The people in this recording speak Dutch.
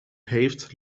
heeft